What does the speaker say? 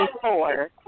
four